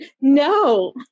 No